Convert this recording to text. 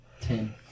Ten